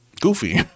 goofy